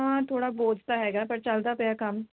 ਹਾਂ ਥੋੜ੍ਹਾ ਬੋਝ ਤਾਂ ਹੈਗਾ ਪਰ ਚੱਲਦਾ ਪਿਆ ਕੰਮ